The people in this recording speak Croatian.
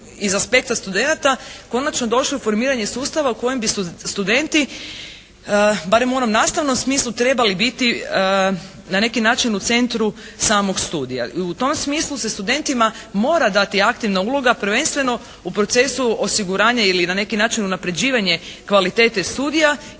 iz aspekta studenata konačno došli u formiranje sustava u kojem bi studenti barem u onom nastavnom smislu trebali biti na neki način u centru samog studija. I u tom smislu se studentima mora dati aktivna uloga prvenstveno u procesu osiguranja ili na neki način unapređivanje kvalitete studija